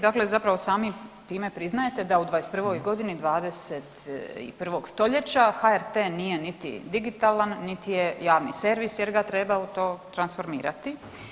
Dakle, zapravo sami time priznajete da u 2021. godini 2021. stoljeća HRT nije niti digitalan niti je javni servis jer ga treba u to transformirati.